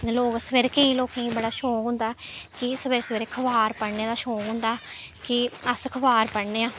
लोक सवेरे केईं लोकें गी बड़ा शौंक होंदा कि सवेरे सवेरे अखबार पढ़ने दा शौंक होंदा कि अस अखबार पढ़ने आं